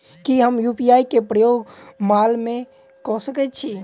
की हम यु.पी.आई केँ प्रयोग माल मै कऽ सकैत छी?